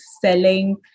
selling